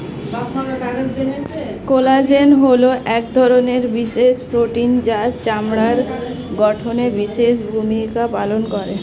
collagen হলো এক ধরনের বিশেষ প্রোটিন যা চামড়ার গঠনে বিশেষ ভূমিকা পালন করে